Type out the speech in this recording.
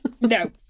No